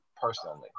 personally